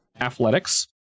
Athletics